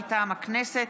מטעם הכנסת,